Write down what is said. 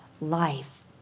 life